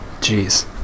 jeez